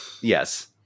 Yes